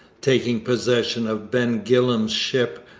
taking possession of ben gillam's ship,